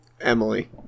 Emily